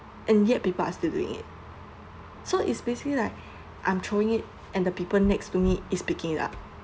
and yet people are still doing it so it's basically like I'm throwing it and the people next to me are picking it up